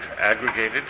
aggregated